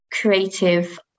creative